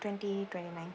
twenty twenty-nine